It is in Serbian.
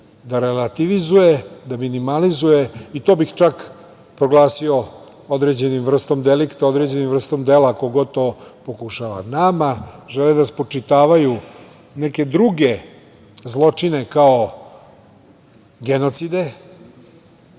da relativizuje, da minimalizuje i to bih čak proglasio određenim vrstom delikta, određenom vrstom dela ko god to pokušava. Nama žele da spočitavaju neke druge zločine kao genocide. Naravno